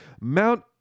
Mount